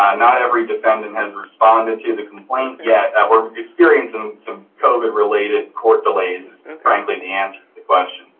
ah not every defendant has responded to the complaint yet that we're experiencing some covid related court delays is frankly to and answer the question.